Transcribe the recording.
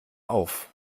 auf